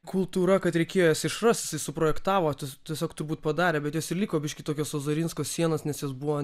kultūra kad reikėjo jas išrast jisai suprojektavote tiesiog turbūt padarė bet jos ir liko biškį tokios ozarinsko sienas nes jos buvo